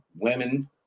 women